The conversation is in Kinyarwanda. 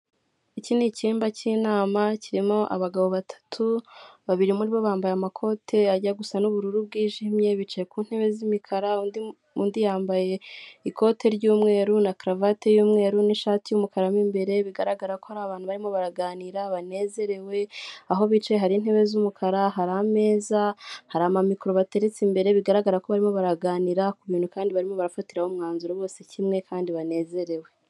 Iki ni icyumba cy'inama kirimo abagabo batatu, babiri muri bo bambaye amakote ajya gusa n'ubururu bwijimye, bicaye ku ntebe z'imikara undi undi yambaye ikote ry'umweru na karuvati y'umweru n'ishati y'umukara mo imbere, bigaragara ko ari abantu barimo baraganira banezerewe aho bicaye hari intebe z'umukara hari ameza, hari amamikoro bateretse imbere bigaragara ko barimo baraganira ku bintu kandi barimo barafatiraho umwanzuro bose kimwe kandi banezerewe.